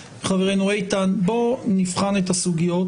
בואו נבחן את הסוגיות.